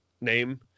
name